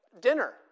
dinner